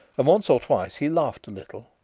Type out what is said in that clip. and once or twice he laughed a little,